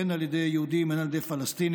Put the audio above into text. הן על ידי יהודים והן על ידי פלסטינים,